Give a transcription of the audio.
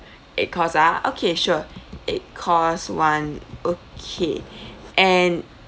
eight course ah okay sure eight course one okay and